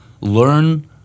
learn